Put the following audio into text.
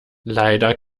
leider